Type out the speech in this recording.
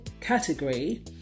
category